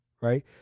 Right